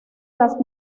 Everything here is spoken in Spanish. las